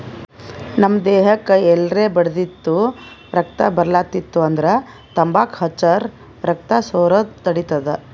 ನಮ್ ದೇಹಕ್ಕ್ ಎಲ್ರೆ ಬಡ್ದಿತ್ತು ರಕ್ತಾ ಬರ್ಲಾತಿತ್ತು ಅಂದ್ರ ತಂಬಾಕ್ ಹಚ್ಚರ್ ರಕ್ತಾ ಸೋರದ್ ತಡಿತದ್